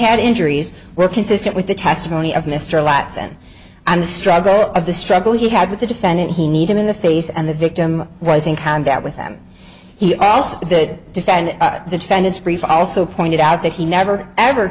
had injuries were consistent with the testimony of mr latz and on the struggle of the struggle he had with the defendant he need him in the face and the victim was in contact with them he also did defend the defendant's brief also pointed out that he never ever